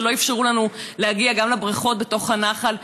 ולא אפשרו לנו להגיע גם לבריכות בתוך הנחל.